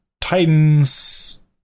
Titan's